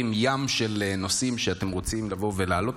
ים של נושאים שאתם רוצים לבוא ולהעלות,